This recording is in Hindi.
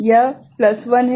यह प्लस 1 है